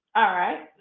alright.